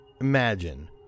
Imagine